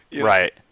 Right